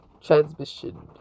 Transmission